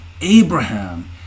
Abraham